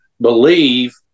believe